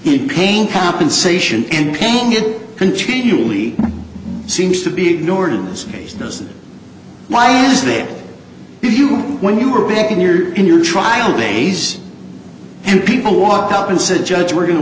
in pain compensation and paying it continually seems to be ignored in this case doesn't is they give you when you were back in your in your trial days and people walked out and said judge we're going to